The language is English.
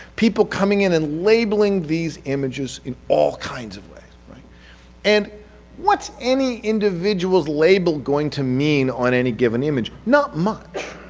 people coming in and labeling these images in all kinds of ways. and what any individual's label going to mean on any given image? not much,